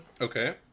Okay